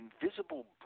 Invisible